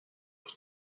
was